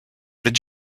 did